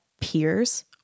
peers